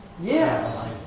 Yes